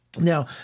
now